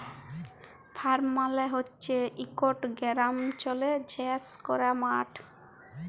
farm মালে হছে ইকট গেরামাল্চলে চাষ ক্যরার মাঠ